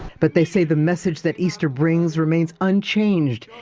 but they say the message that easter brings remains unchanged.